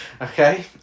Okay